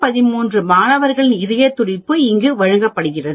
113 மாணவர்களின் இதய துடிப்பு இங்கு வழங்கப்பட்டுள்ளது